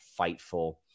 Fightful